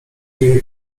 jej